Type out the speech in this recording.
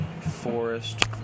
Forest